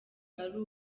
ari